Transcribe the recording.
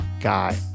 guy